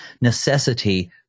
necessity